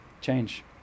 Change